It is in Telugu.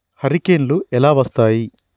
హరికేన్లు ఎలా వస్తాయి?